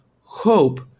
hope